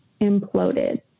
imploded